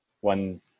one